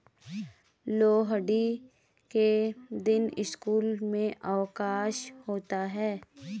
लोहड़ी के दिन स्कूल में अवकाश होता है